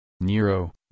Nero